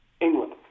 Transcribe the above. England